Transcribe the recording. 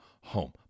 home